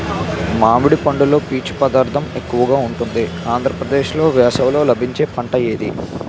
మామిడి పండులో పీచు పదార్థం ఎక్కువగా ఉంటుంది ఆంధ్రప్రదేశ్లో వేసవిలో లభించే పంట ఇది